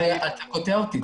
אתה קוטע אותי.